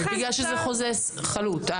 בגלל שזה חוזה חלוט.